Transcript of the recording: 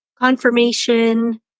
confirmation